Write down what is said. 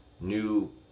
new